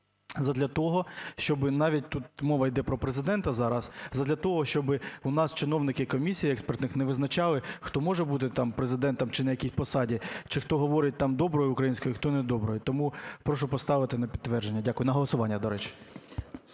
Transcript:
задля того, щоб… навіть тут мова йде про Президента зараз, задля того, щоб у нас чиновники комісій експертних не визначали, хто може бути там Президентом чи на якійсь посаді, чи хто говорить там доброю українською, хто недоброю. Тому прошу поставити на підтвердження. Дякую. На голосування, до речі.